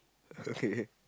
okay